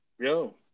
Yo